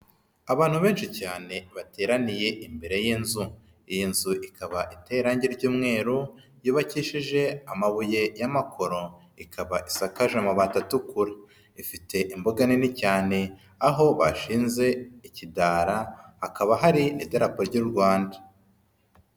Abantu benshi cyane bateraniye imbere y'inzu, iyi nzu ikaba iteye irangi ry'umweru, yubakishije amabuye y'amakoro, ikaba isakaje amabati atukura, ifite imbuga nini cyane, aho bashinze ikidara, hakaba hari n'idarapo ry'u Rwanda.